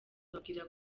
ababwira